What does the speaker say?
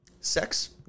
sex